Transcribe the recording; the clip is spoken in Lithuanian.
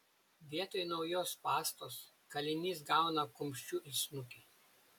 vietoj naujos pastos kalinys gauna kumščiu į snukį